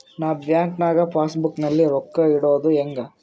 ನಾ ಬ್ಯಾಂಕ್ ನಾಗ passbook ನಲ್ಲಿ ರೊಕ್ಕ ಇಡುದು ಹ್ಯಾಂಗ್?